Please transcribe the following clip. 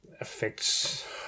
affects